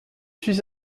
suis